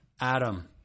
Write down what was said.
Adam